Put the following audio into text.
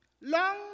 long